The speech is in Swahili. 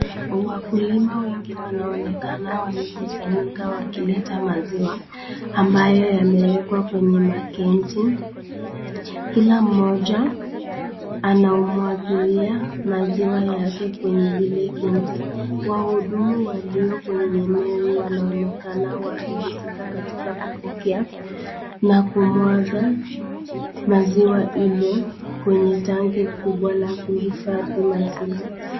Wakulima wengi wanaonekana wamekusanyika wakileta maziwa ambayo yamewekwa kwenye makeinti. Kila mmoja anamwaga maziwa yake kwenye lile kenti. Wahudumu waliyo kwenye eneo hili wanaonekana wakihusika katika kupokea na kumwaga maziwa ile kwenye tanki kubwa la kuhifadhi maziwa.